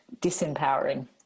disempowering